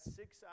six